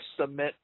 submit